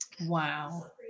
Wow